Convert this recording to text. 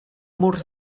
murs